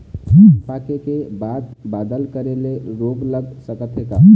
धान पाके के बाद बादल करे ले रोग लग सकथे का?